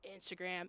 Instagram